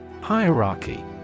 Hierarchy